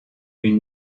une